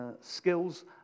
skills